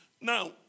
Now